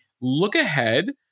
look-ahead